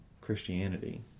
Christianity